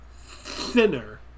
Thinner